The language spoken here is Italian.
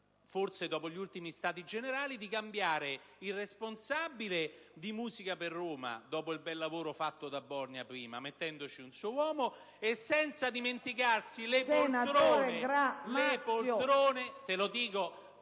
forse dopo gli ultimi «Stati generali», di cambiare il responsabile di «Musica per Roma», dopo il bel lavoro fatto prima da Borgna, mettendoci un suo uomo, e senza dimenticarsi le poltrone... GRAMAZIO *(PdL)*.